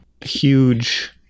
Huge